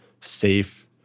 safe